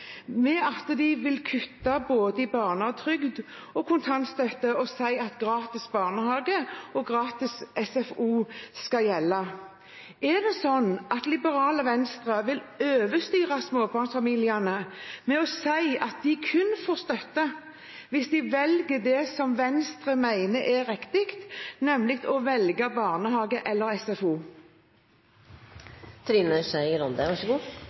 ved at de vil kutte i både barnetrygd og kontantstøtte og si at gratis barnehage og gratis SFO skal gjelde. Er det slik at liberale Venstre vil overstyre småbarnsfamiliene ved å si at de kun får støtte hvis de velger det som Venstre mener er riktig, nemlig å velge barnehage eller SFO?